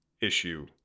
issue